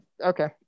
okay